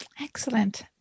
excellent